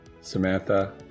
Samantha